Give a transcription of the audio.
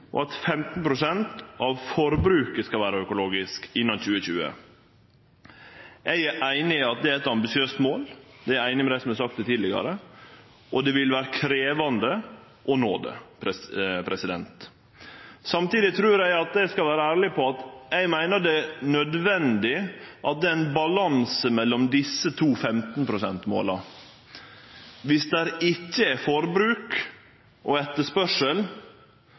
innan 2020. Eg er einig i at det er eit ambisiøst mål, eg er einig med dei som har sagt det tidlegare, og det vil vere krevjande å nå det. Samtidig trur eg at eg skal vere ærleg på at eg meiner det er nødvendig at det er ein balanse mellom desse to 15 pst.-måla. Dersom det ikkje er forbruk og etterspørsel,